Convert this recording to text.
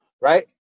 right